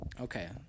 Okay